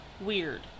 weird